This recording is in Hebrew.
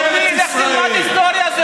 אדוני, לך תלמד היסטוריה.